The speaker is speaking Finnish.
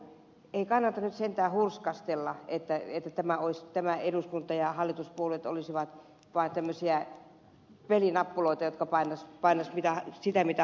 karhu ei kannata nyt sentään hurskastella että tämä eduskunta ja hallituspuolueet olisivat vain tämmöisiä pelinappuloita jotka painavat sitä mitä hallitus sanoo